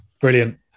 Brilliant